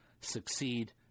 succeed